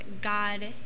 God